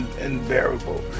unbearable